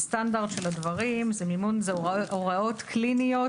הסטנדרט של הדברים אלה הוראות קליניות